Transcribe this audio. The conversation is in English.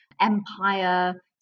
empire